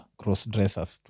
cross-dressers